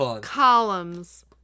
columns